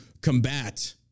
combat